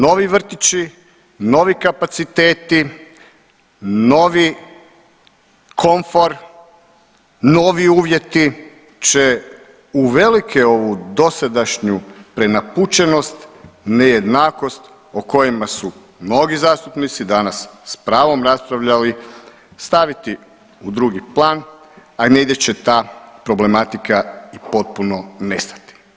Novi vrtići, novi kapaciteti, novi komfor, novi uvjeti će u velike ovu dosadašnju prenapučenost i nejednakost o kojima su mnogi zastupnici danas s pravom raspravljali staviti u drugi plan, a negdje će ta problematika i potpun nestati.